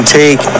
take